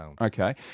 Okay